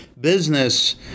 business